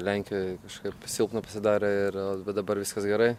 lenkijoje kažkaip silpna pasidarė ir bet dabar viskas gerai